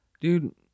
Dude